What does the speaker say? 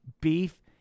beef